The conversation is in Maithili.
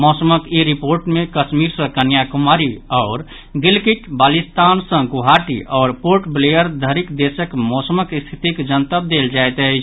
मौसमक ई रिपोर्ट मे कश्मीर सँ कन्याकुमारी आओर गिलगिट बाल्टिस्तान सँ गुवाहाटी आओर पोर्ट ब्लेयर धरि देशक मौसमक स्थितिक जनतब देल जायत अछि